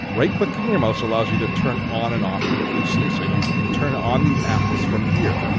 right-clicking your mouse allows you to turn on and off what you see. so you can turn on the atlas from here.